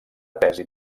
tesi